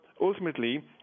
ultimately